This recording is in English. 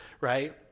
right